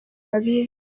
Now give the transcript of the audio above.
babizi